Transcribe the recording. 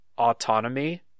Autonomy